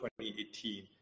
2018